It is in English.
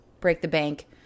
break-the-bank